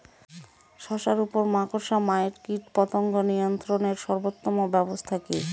শশার উপর মাকড়সা মাইট কীটপতঙ্গ নিয়ন্ত্রণের সর্বোত্তম ব্যবস্থা কি?